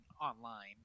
online